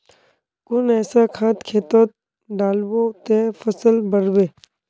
कुन ऐसा खाद खेतोत डालबो ते फसल बढ़बे?